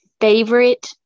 favorite